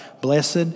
Blessed